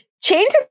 Change